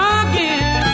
again